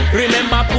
remember